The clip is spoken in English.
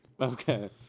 Okay